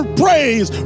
praise